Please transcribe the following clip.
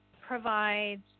provides